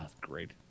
great